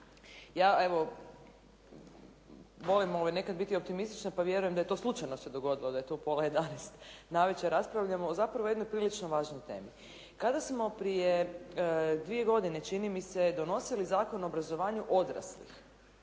Ja evo moram nekad biti optimistična pa vjerujem da je to slučajno se dogodilo da je to u pola 11 navečer raspravljamo zapravo o jednoj prilično važnoj temi. Kada smo prije dvije godine čini mi se donosili Zakon o obrazovanju odraslih,